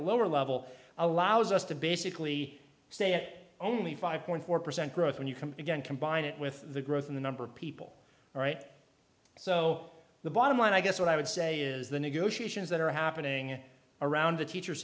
a lower level allows us to basically say it only five point four percent growth when you come again combine it with the growth in the number of people all right so the bottom line i guess what i would say is the negotiations that are happening around the teacher